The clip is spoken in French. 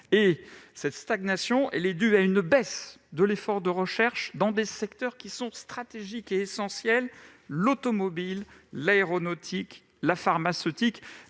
Cette stagnation est due à une baisse de l'effort de recherche dans des secteurs stratégiques et essentiels : l'automobile, l'aéronautique, la pharmaceutique,